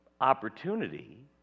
opportunity